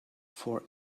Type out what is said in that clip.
for